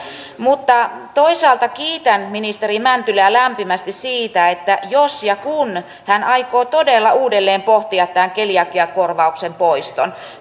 mutta toisaalta kiitän ministeri mäntylää lämpimästi siitä jos ja kun hän aikoo todella uudelleen pohtia tämän keliakiakorvauksen poiston